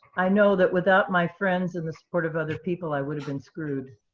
i know that without my friends and the support of other people, i would have been screwed.